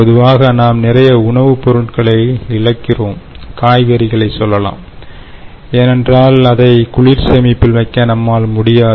பொதுவாக நாம் நிறைய உணவுப் பொருட்களை இழக்கிறோம் காய்கறிகளைச் சொல்லலாம் ஏனென்றால் அதை குளிர் சேமிப்பில் வைக்க நம்மால் முடியாது